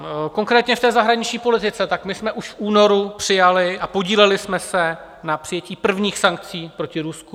A konkrétně v zahraniční politice: my jsme už v únoru přijali a podíleli jsme se na přijetí prvních sankcí proti Rusku.